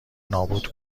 نابود